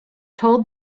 told